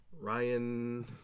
Ryan